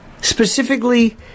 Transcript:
Specifically